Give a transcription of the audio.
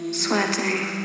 sweating